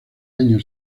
año